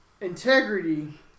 integrity